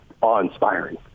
awe-inspiring